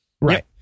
Right